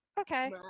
okay